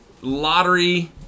lottery